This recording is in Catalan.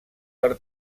per